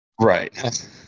Right